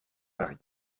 paris